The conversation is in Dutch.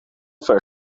ver